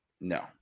No